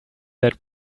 that